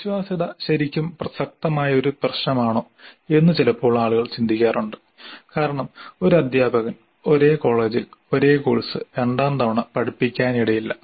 വിശ്വാസ്യത ശരിക്കും പ്രസക്തമായ ഒരു പ്രശ്നമാണോ എന്ന് ചിലപ്പോൾ ആളുകൾ ചിന്തിക്കാറുണ്ട് കാരണം ഒരു അധ്യാപകൻ ഒരേ കോളേജിൽ ഒരേ കോഴ്സ് രണ്ടാം തവണ പഠിപ്പിക്കാനിടയില്ല